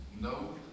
no